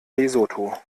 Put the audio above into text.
lesotho